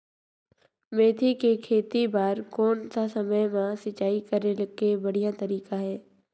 मेथी के खेती बार कोन सा समय मां सिंचाई करे के बढ़िया तारीक हे?